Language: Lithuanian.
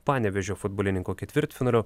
panevėžio futbolininko ketvirtfinalio